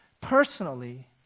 personally